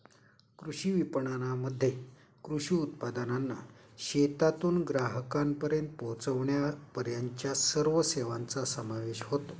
कृषी विपणनामध्ये कृषी उत्पादनांना शेतातून ग्राहकांपर्यंत पोचविण्यापर्यंतच्या सर्व सेवांचा समावेश होतो